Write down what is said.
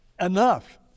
enough